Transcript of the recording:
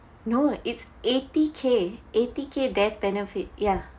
no it's eighty K eighty K death benefit ya